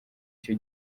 cyo